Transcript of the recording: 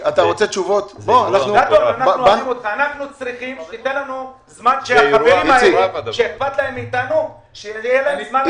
הבעיה הגדולה היא שהבעלים בחדר שלכם כרגע.